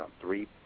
Three